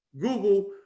Google